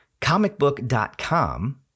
comicbook.com